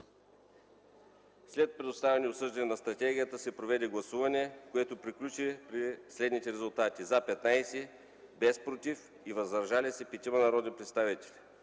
След представяне и обсъждане на стратегията се проведе гласуване, което приключи при следните резултати: „за” - 15, без „против” и „въздържали се” – 5 народни представители.